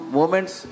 moments